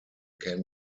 can